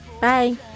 Bye